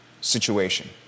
situation